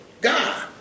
God